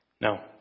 No